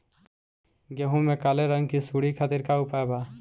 गेहूँ में काले रंग की सूड़ी खातिर का उपाय बा?